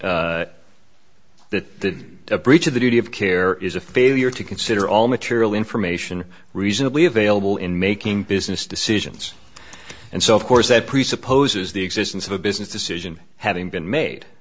that a breach of the duty of care is a failure to consider all material information reasonably available in making business decisions and so of course that presupposes the existence of a business decision having been made